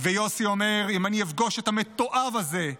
ויוסי אומר: אם אני אפגוש את המתועב הזה,